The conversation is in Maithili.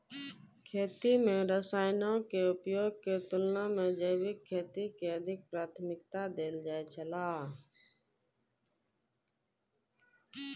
खेती में रसायनों के उपयोग के तुलना में जैविक खेती के अधिक प्राथमिकता देल जाय छला